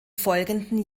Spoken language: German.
folgenden